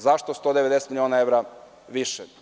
Zašto 190 miliona evra više?